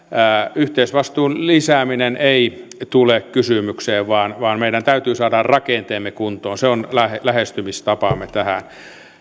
yhteisvastuun lisääminen ei tule kysymykseen vaan vaan meidän täytyy saada rakenteemme kuntoon se on lähestymistapamme tähän